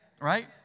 right